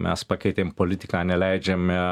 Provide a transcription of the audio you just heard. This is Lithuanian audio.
mes pakeitėm politiką neleidžiame